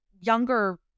younger